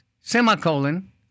semicolon